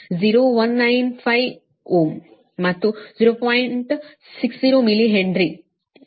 60 millihenry